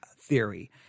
theory